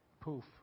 poof